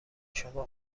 شما